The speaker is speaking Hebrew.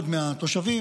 מהתושבים,